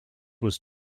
was